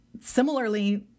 similarly